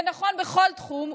זה נכון בכל תחום,